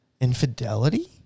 infidelity